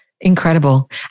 incredible